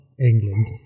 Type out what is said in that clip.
England